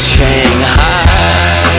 Shanghai